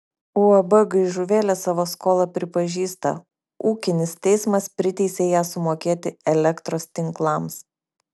uab gaižuvėlė savo skolą pripažįsta ūkinis teismas priteisė ją sumokėti elektros tinklams